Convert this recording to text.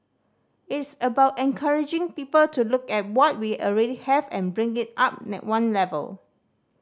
it's about encouraging people to look at what we already have and bring it up one level